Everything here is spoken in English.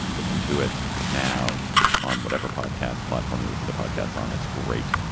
listen to it now on whatever podcast platform you listen to podcasts on. it's great.